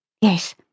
Yes